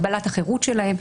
הגבלת החירות שלהן.